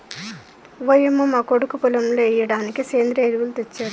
ఓయంమో మా కొడుకు పొలంలో ఎయ్యిడానికి సెంద్రియ ఎరువులు తెచ్చాడు